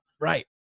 Right